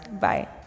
Bye